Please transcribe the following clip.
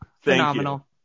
Phenomenal